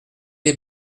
les